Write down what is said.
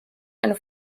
eine